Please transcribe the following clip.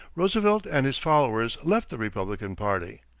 roosevelt and his followers left the republican party.